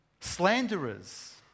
Slanderers